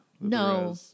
No